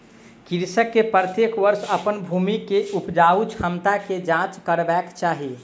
कृषक के प्रत्येक वर्ष अपन भूमि के उपजाऊ क्षमता के जांच करेबाक चाही